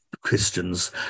Christians